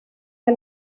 que